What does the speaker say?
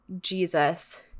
Jesus